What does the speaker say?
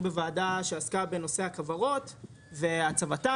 בוועדה שעסקה בנושא הכוורות והצבתן.